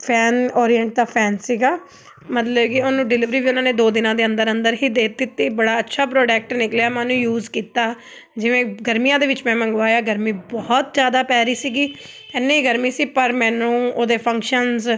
fan Orient ਦਾ fan ਸੀਗਾ ਮਤਲਬ ਕਿ ਉਹਨੂੰ ਡਿਲੀਵਰੀ ਵੀ ਉਹਨਾਂ ਨੇ ਦੋ ਦਿਨਾਂ ਦੇ ਅੰਦਰ ਅੰਦਰ ਹੀ ਦੇ ਦਿੱਤੀ ਬੜਾ ਅੱਛਾ ਪ੍ਰੋਡਕਟ ਨਿਕਲਿਆ ਮੈਂ ਉਹ ਨੂੰ ਯੂਜ ਕੀਤਾ ਜਿਵੇਂ ਗਰਮੀਆਂ ਦੇ ਵਿੱਚ ਮੈਂ ਮੰਗਵਾਇਆ ਗਰਮੀ ਬਹੁਤ ਜ਼ਿਆਦਾ ਪੈ ਰਹੀ ਸੀਗੀ ਇੰਨੀ ਗਰਮੀ ਸੀ ਪਰ ਮੈਨੂੰ ਉਹਦੇ ਫੰਕਸ਼ਨਸ